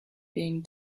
being